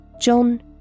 John